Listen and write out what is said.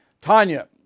Tanya